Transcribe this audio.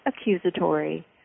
accusatory